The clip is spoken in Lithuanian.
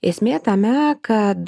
esmė tame kad